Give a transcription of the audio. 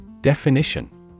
Definition